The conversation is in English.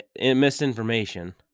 misinformation